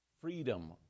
freedom